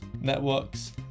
networks